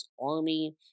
Army